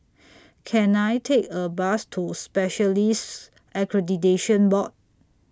Can I Take A Bus to Specialists Accreditation Board